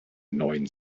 neuen